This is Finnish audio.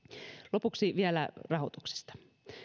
lopuksi vielä rahoituksesta